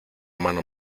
mano